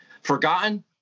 forgotten